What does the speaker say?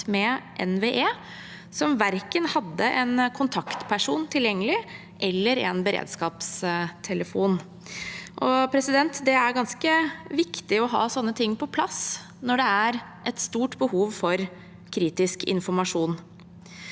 med NVE, som verken hadde en kontaktperson tilgjengelig eller en beredskapstelefon. Det er ganske viktig å ha sånne ting på plass når det er et stort behov for kritisk informasjon.